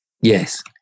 Yes